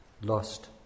lost